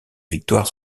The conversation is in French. victoires